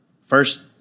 first